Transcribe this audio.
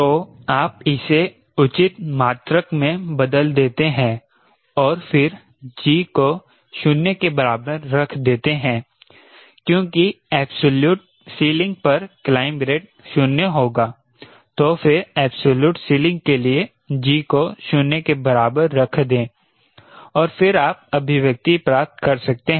तो आप इसे उचित मात्रक में बदल देते हैं और फिर G को 0 के बराबर रख देते हैं क्योंकि एब्सोल्यूट सीलिंग पर क्लाइंब रेट 0 होगा तो फिर एब्सोल्यूट सीलिंग के लिए G को 0 के बराबर रख दे और फिर आप अभिव्यक्ति प्राप्त कर सकते हैं